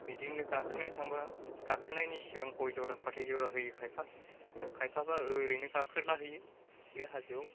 बिदिनो गाखोनो थांबा गाखोनायनि सिगां गय जरा फाथै जरा होयो खायफा खायफाबा ओरैनो गाखोला हैयो बे हाजोआव